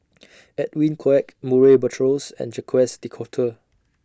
Edwin Koek Murray Buttrose and Jacques De Coutre